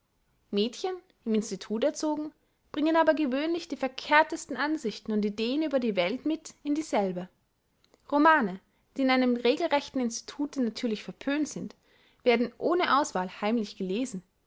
mädchen im institut erzogen bringen aber gewöhnlich die verkehrtesten ansichten und ideen über die welt mit in dieselbe romane die in einem regelrechten institute natürlich verpönt sind werden ohne auswahl heimlich gelesen